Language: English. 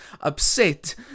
upset